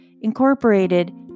incorporated